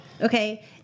Okay